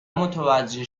متوجه